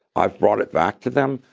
i've brought it back to them.